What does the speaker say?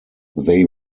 they